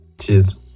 Cheers